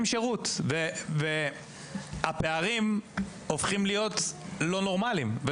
שירות והפערים הופכים להיות לא נורמליים.